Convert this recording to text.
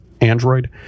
android